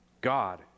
God